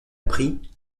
prit